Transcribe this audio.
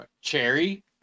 Cherry